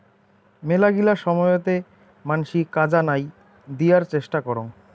মেলাগিলা সময়তে মানসি কাজা নাই দিয়ার চেষ্টা করং